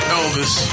Elvis